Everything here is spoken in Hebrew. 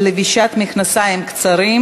על לבישת מכנסיים קצרים,